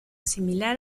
similar